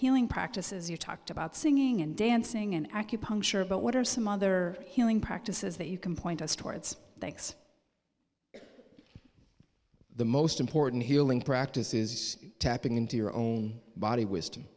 healing practices you talked about singing and dancing and acupuncture but what are some other healing practices that you can point us towards thanks the most important healing practice is tapping into your own body wisdom